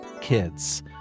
kids